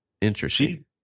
Interesting